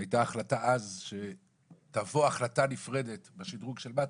והייתה החלטה אז שתבוא החלטה נפרדת בשדרוג של מה"ט,